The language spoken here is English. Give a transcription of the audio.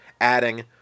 adding